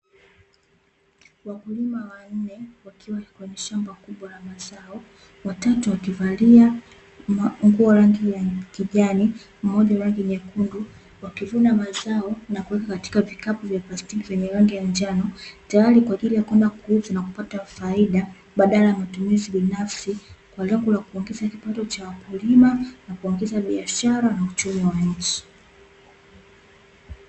Wakulima wanne wakiwa kwenye shamba kubwa la mazao watatu wakivalia nguo rangi ya kijani mmoja rangi nyekundu wakivuna mazao wakivuna mazao na kuweka kwenye vikapu vya plastiki vyenye rangi ya njano tayari kwa ajili ya kwenda kuuza na kupata faida badala ya matumizi binafsi kwa lengo la kuongeza kipato cha wakulima na kuongeza biashara na uchumi wa nchi.